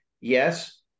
yes